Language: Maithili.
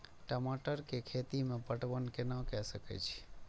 टमाटर कै खैती में पटवन कैना क सके छी?